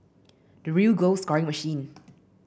the real goal scoring machine